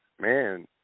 man